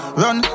run